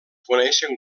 coneixen